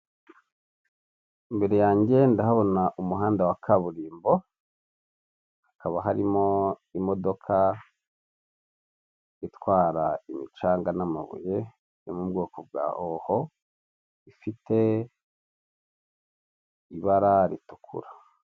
Imbere yanjye ndahabona umuhanda wa kaburimbo hakaba harimo imodoka itwara imicanga n'amabuye yo mu bwoko bwa howo ifite ibara ritukura.